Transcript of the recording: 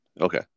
Okay